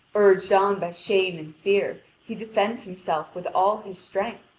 urged on by shame and fear, he defends himself with all his strength.